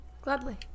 Gladly